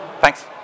Thanks